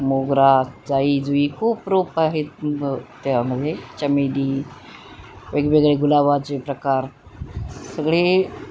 मोगरा जाईजुई खूप रोप आहेत त्यामध्ये चमेली वेगवेगळे गुलाबाचे प्रकार सगळे